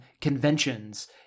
conventions